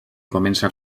comença